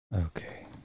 okay